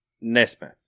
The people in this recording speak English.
Nesmith